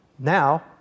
Now